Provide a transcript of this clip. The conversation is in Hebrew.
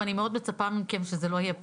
ואני מאוד מצפה מכם שזה לא יהיה פחות,